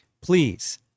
please